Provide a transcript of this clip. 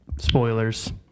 Spoilers